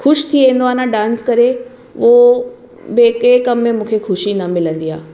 ख़ुशि थी वेंदो आहे न डान्स करे उहो ॿिए कंहिं कम में मूंखे ख़ुशी न मिलंदी आहे